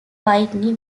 whitney